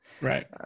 Right